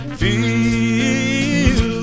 feel